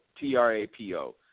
T-R-A-P-O